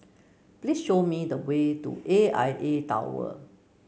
please show me the way to A I A Tower